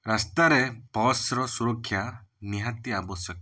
ରାସ୍ତାରେ ବସ୍ର ସୁରକ୍ଷା ନିହାତି ଆବଶ୍ୟକ